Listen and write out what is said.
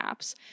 apps